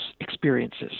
experiences